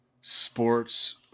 sports